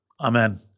Amen